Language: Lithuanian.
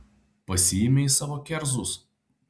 pasiėmei savo kerzus